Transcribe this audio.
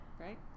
Right